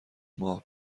ماه